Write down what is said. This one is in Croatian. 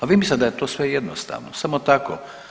A vi mislite da je to sve jednostavno, samo tako.